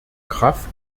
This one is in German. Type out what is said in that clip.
kraft